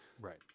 right